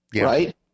Right